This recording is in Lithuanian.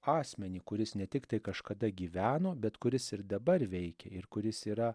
asmenį kuris ne tiktai kažkada gyveno bet kuris ir dabar veikia ir kuris yra